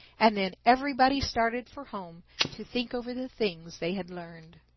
and then everybody started for home to think over the things they had learned.